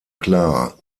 klar